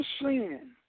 sin